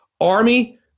Army